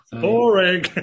Boring